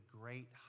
great